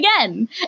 again